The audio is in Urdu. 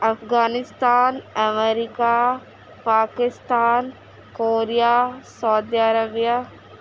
Afghanistan America Pakistan Korea Saudi Arabia